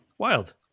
Wild